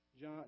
John